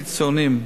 קיצוניים,